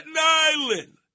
Island